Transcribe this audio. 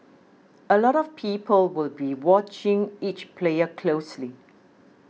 a lot of people will be watching each player closely